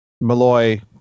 Malloy